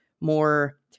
more